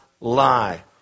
lie